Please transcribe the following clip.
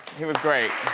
he was great.